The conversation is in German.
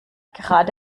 gerade